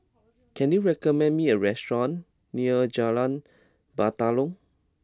can you recommend me a restaurant near Jalan Batalong